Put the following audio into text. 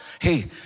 Hey